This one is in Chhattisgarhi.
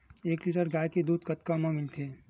एक लीटर गाय के दुध कतका म मिलथे?